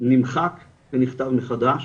נמחק ונכתב מחדש